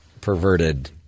perverted